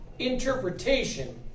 Interpretation